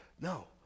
No